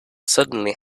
suddenly